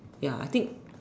ya I think